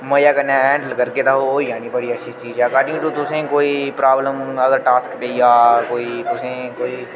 मजे कन्नै हैंडल करगे तां ओह् होई जानी बड़ी अच्छी चीज अकार्डिंग टू तुसें कोई प्राब्लम अगर टास्क दी जां कोई तुसेंई कोई